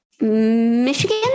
Michigan